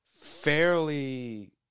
fairly